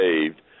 saved